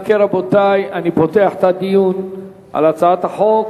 אם כן, רבותי, אני פותח את הדיון על הצעת החוק.